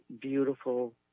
beautiful